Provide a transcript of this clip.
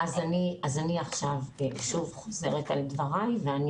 אז אני עכשיו שוב חוזרת על דבריי ואני